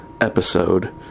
episode